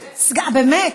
באמת,